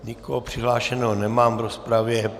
Nikoho přihlášeného nemám v rozpravě.